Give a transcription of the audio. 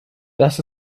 das